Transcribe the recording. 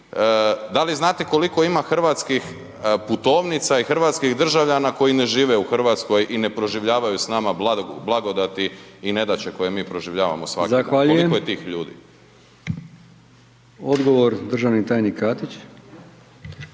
da li znate koliko ima hrvatskih putovnica i hrvatskih državljana koji ne žive u RH i ne proživljavaju s nama blagodati i nedaće koje mi proživljavamo svaki dan